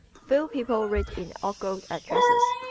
few people read inaugural addresses,